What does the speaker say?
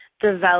develop